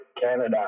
Canada